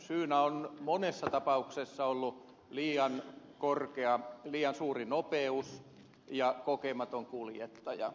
syinä ovat monessa tapauksessa olleet liian suuri nopeus ja kokematon kuljettaja